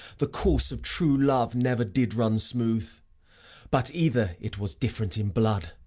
the course of true love never did run smooth but either it was different in blood